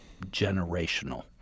generational